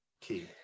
key